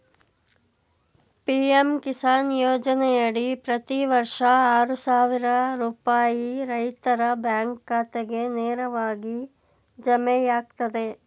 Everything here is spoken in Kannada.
ಪಿ.ಎಂ ಕಿಸಾನ್ ಯೋಜನೆಯಡಿ ಪ್ರತಿ ವರ್ಷ ಆರು ಸಾವಿರ ರೂಪಾಯಿ ರೈತರ ಬ್ಯಾಂಕ್ ಖಾತೆಗೆ ನೇರವಾಗಿ ಜಮೆಯಾಗ್ತದೆ